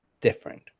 different